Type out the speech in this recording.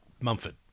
Mumford